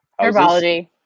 Herbology